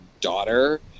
daughter